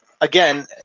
Again